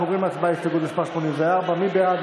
אנחנו עוברים להצבעה על הסתייגות מס' 84. מי בעד?